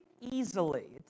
easily